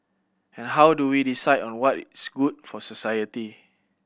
and how do we decide on what is good for society